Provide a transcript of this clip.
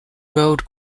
road